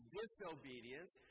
disobedience